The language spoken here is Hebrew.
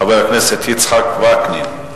חבר הכנסת יצחק וקנין.